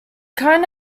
current